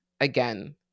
again